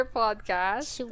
podcast